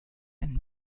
and